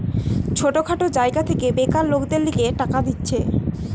ছোট খাটো জায়গা থেকে বেকার লোকদের লিগে টাকা দিতেছে